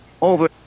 over